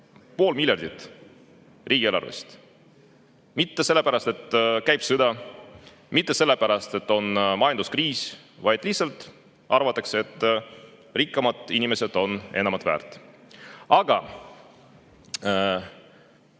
pool miljardit! – riigieelarvest. Mitte sellepärast, et käib sõda, mitte sellepärast, et on majanduskriis, vaid lihtsalt arvatakse, et rikkamad inimesed on enamat väärt. Mul